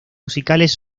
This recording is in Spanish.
musicales